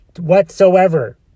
whatsoever